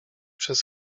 przez